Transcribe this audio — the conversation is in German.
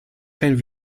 keinen